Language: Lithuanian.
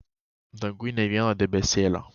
danguj nė vieno debesėlio